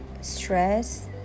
stress